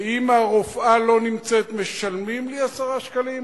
ואם הרופאה לא נמצאת, משלמים לי 10 שקלים?